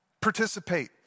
participate